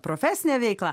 profesinę veiklą